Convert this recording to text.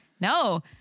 No